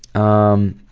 um,